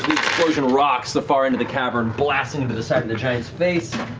explosion rocks the far end of the cavern, blasting into the side of the giant's face.